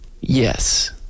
Yes